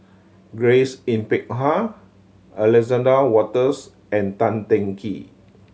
Grace Yin Peck Ha Alexander Wolters and Tan Teng Kee